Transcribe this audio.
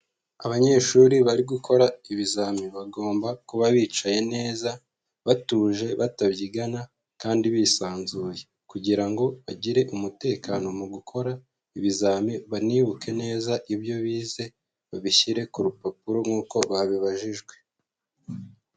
Abanyeshuri bari gukora ibizami bagomba kuba bicaye neza, batuje batabyigana kandi bisanzuye kugira ngo bagire umutekano mu gukora ibizami banibuke neza ibyo bize babishyire ku rupapuro nk'uko babibajijwe.